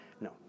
No